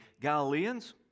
Galileans